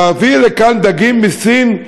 להביא לכאן דגים מסין,